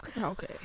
Okay